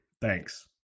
Thanks